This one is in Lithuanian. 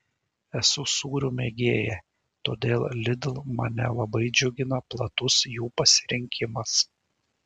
esu sūrių mėgėja todėl lidl mane labai džiugina platus jų pasirinkimas